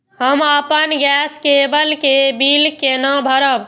हम अपन गैस केवल के बिल केना भरब?